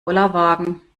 bollerwagen